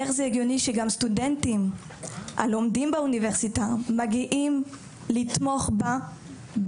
איך זה הגיוני שגם סטודנטים הלומדים באוניברסיטה מגיעים לתמוך בה,